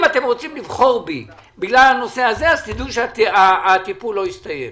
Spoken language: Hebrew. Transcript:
אם אתם רוצים לבחור בי בגלל הנושא הזה אז תדעו שהטיפול לא הסתיים.